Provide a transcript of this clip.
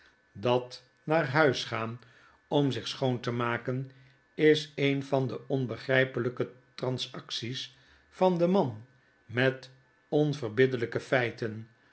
dat naar huis gaan om zich schoon te maken is een van de onbegrijpelyke transacties van den man met onverbiddelyke feiten